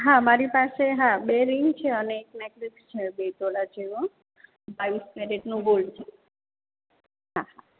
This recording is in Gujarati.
હા મારી પાસે હા બે રિંગ છે અને એક નેકલેસ છે બે તોલા જેવો બાવીસ કેરેટનું ગોલ્ડ છે હા હા